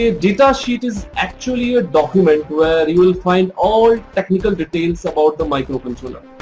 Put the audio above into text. ah datasheet is actually a document where you will find all technical details about the microcontroller.